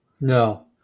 no